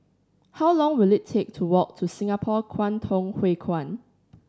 how long will it take to walk to Singapore Kwangtung Hui Kuan